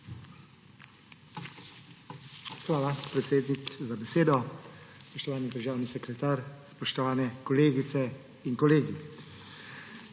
Hvala, predsednik, za besedo. Spoštovani državni sekretar! Spoštovani kolegice in kolegi!